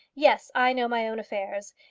yes i know my own affairs.